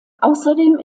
außerdem